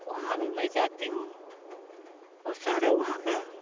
वहाँ भी मैं जाती हूँ उस सारा वहाँ का